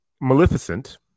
Maleficent